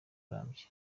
urambye